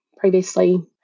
previously